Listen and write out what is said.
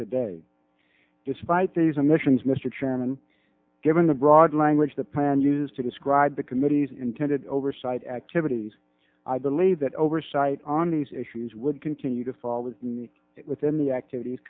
today despite these emissions mr chairman given the broad language the plan used to describe the committee's intended oversight activities i believe that oversight on these issues would continue to fall within the within the activities